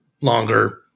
longer